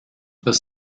was